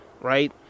right